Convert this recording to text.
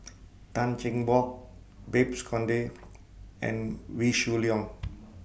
Tan Cheng Bock Babes Conde and Wee Shoo Leong